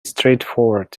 straightforward